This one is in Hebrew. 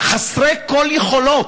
חסרי כל יכולות.